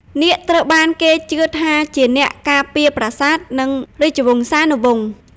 នាគត្រូវបានគេជឿថាជាអ្នកការពារប្រាសាទ និងរាជវង្សានុវង្ស។